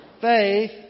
faith